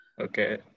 Okay